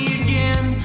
again